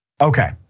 Okay